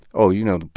oh, you know,